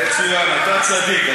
מצוין, אתה צדיק.